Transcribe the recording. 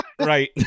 Right